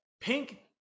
Pink